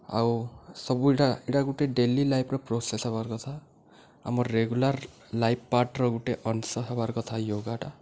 ଆଉ ସବୁ ଇଟା ଇଟା ଗୋଟେ ଡେଲି ଲାଇଫ୍ର ପ୍ରୋସେସ୍ ହେବାର୍ କଥା ଆମର୍ ରେଗୁଲାର୍ ଲାଇଫ୍ ପାର୍ଟ୍ର ଗୁଟେ ଅଂଶ ହେବାର୍ କଥା ୟୋଗାଟା